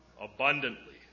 abundantly